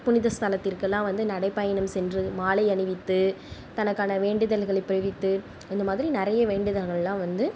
புனித ஸ்தலத்திற்க்கெல்லாம் வந்து நடைப்பயணம் சென்று மாலை அணிவித்து தனக்கான வேண்டுதல்களை பிரவித்து இந்த மாதிரி நிறைய வேண்டுதல்கள்லான் வந்து